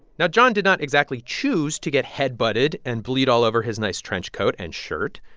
now, john did not exactly choose to get head-butted and bleed all over his nice trenchcoat and shirt.